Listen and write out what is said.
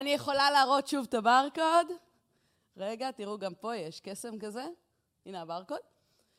אני יכולה להראות שוב את הברקוד, רגע תראו גם פה יש קסם כזה, הנה הברקוד.